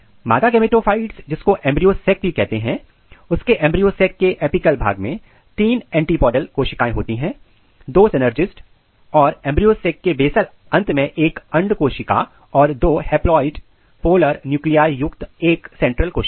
मादा गेमेटोफाइट् जिसको embryo sac भी कहते हैं उसके एंब्रियो सेक के एपीकल भाग में 3 एंटीपोडल कोशिकाएं होती हैं दो सिनर्जिड्स और एंब्रियो सेक के बेसल अंत में एक अंड कोशिका और फिर दो हैपलॉयड पोलर न्यूक्लियआई युक्त एक सेंट्रल कोशिका